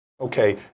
Okay